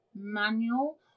manual